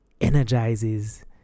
energizes